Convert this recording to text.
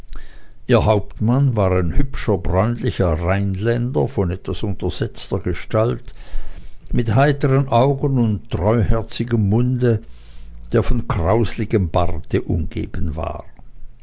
ihr hauptmann war ein hübscher bräunlicher rheinländer von etwas untersetzter gestalt mit heitern augen und treuherzigem munde der von krausligem barte umgeben war